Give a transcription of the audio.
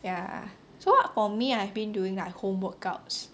ya so far for me I've been doing like home workouts